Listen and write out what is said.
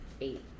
eight